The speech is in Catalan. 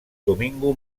domingo